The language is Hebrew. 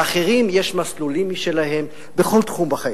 לאחרים יש מסלולים משלהם בכל תחום בחיים.